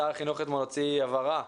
שר החינוך אתמול הוציא הבהרה,